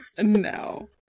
no